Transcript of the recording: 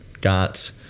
got